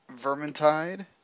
Vermintide